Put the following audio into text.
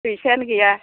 फैसायानो गैया